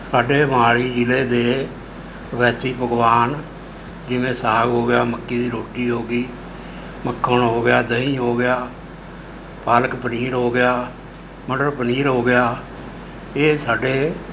ਸਾਡੇ ਮੋਹਾਲੀ ਜ਼ਿਲ੍ਹੇ ਦੇ ਰਵਾਇਤੀ ਪਕਵਾਨ ਜਿਵੇਂ ਸਾਗ ਹੋ ਗਿਆ ਮੱਕੀ ਦੀ ਰੋਟੀ ਹੋ ਗਈ ਮੱਖਣ ਹੋ ਗਿਆ ਦਹੀਂ ਹੋ ਗਿਆ ਪਾਲਕ ਪਨੀਰ ਹੋ ਗਿਆ ਮਟਰ ਪਨੀਰ ਹੋ ਗਿਆ ਇਹ ਸਾਡੇ